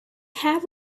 have